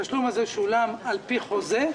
התשלום הזה שולם על פי חוזה.